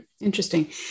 Interesting